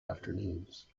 afternoons